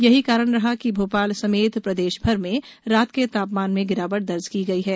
यही कारण रहा कि भोपाल समेत प्रदेश भर में रात के तापमान में गिरावट दर्ज की गई है